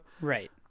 Right